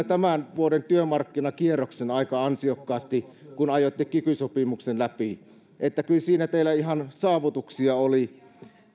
tämän vuoden työmarkkinakierroksen aika ansiokkaasti kun ajoitte kiky sopimuksen läpi kyllä siinä teillä ihan oli saavutuksia